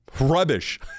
rubbish